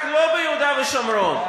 רק לא ביהודה ושומרון".